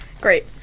Great